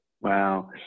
Wow